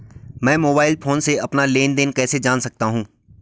मैं मोबाइल से अपना लेन लेन देन कैसे जान सकता हूँ?